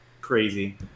crazy